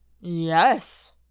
Yes